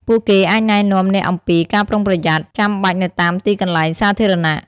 ពួកគេអាចណែនាំអ្នកអំពី ការប្រុងប្រយ័ត្ន ចាំបាច់នៅតាមទីកន្លែងសាធារណៈ។